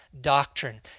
doctrine